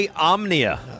Omnia